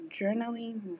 Journaling